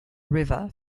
river